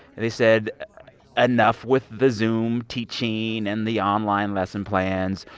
they said enough with the zoom teaching and the online lesson plans.